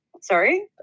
Sorry